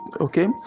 okay